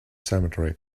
cemetery